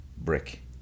brick